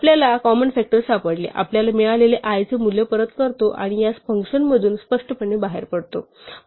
आपल्याला common factor सापडले आपल्याला मिळालेले i चे मूल्य परत करतो आणि या फंक्शनमधून स्पष्टपणे बाहेर पडतो